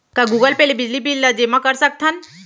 का Google Pay ले बिजली बिल ल जेमा कर सकथन?